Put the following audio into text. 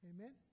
Amen